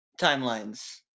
timelines